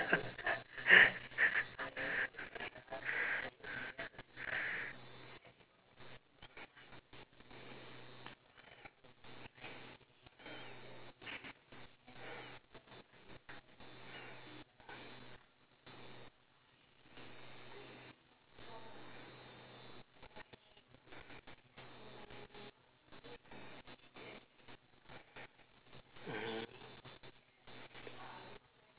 mm